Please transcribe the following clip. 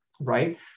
right